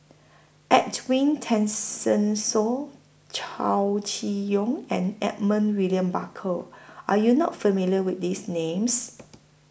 Edwin Tessensohn Chow Chee Yong and Edmund William Barker Are YOU not familiar with These Names